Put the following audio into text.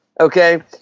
Okay